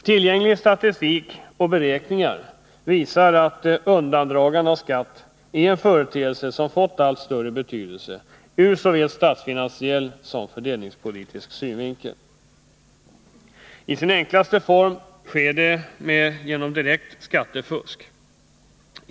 Tillgänglig statistik och beräkningar visar att undandragande av skatt är en företeelse som har fått allt större betydelse ur såväl statsfinansiell som fördelningspolitisk synvinkel. I sin enklaste form sker det genom direkt skattefusk.